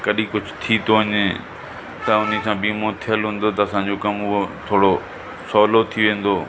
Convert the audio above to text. कॾहिं कुझु थी थो वञे त हुन खां बीमो थियल हूंदो त असांजो कमु उहो थोरो सवलो थी वेंदो